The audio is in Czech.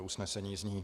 Usnesení zní: